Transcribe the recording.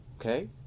Okay